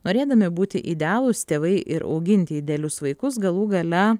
norėdami būti idealūs tėvai ir auginti idealius vaikus galų gale